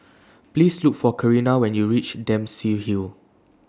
Please Look For Karina when YOU REACH Dempsey Hill